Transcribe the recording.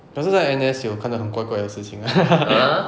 可是在 N_S 有看到很怪怪的事情 ah